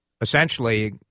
essentially